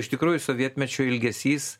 iš tikrųjų sovietmečio ilgesys